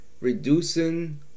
Reducing